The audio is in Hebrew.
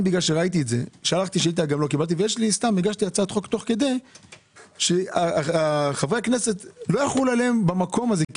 והגשתי הצעת חוק תוך כדי שחברי הכנסת לא יחול עליהם במקום הזה.